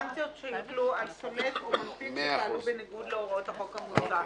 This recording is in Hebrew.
הסנקציות שיוטלו על סולק או מנפיק שפעלו בניגוד להוראות החוק המוצע.